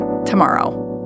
tomorrow